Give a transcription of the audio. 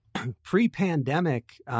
Pre-pandemic